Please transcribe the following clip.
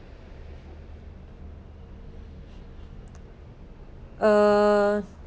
uh